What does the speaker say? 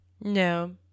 No